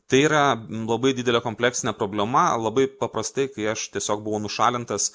tai yra labai didelė kompleksinė problema labai paprastai kai aš tiesiog buvau nušalintas